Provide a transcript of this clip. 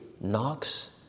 knocks